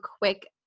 quick